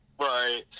right